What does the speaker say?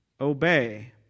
obey